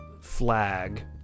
flag